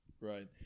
Right